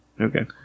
Okay